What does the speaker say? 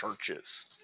churches